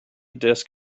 disk